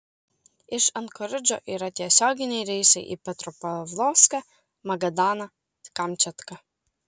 iš ankoridžo yra tiesioginiai reisai į petropavlovską magadaną kamčiatką